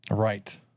Right